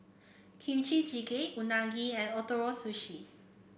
Kimchi Jjigae Unagi and Ootoro Sushi